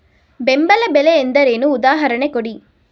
ಬೆಂಬಲ ಬೆಲೆ ಎಂದರೇನು, ಉದಾಹರಣೆ ಕೊಡಿ?